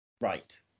Right